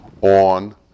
on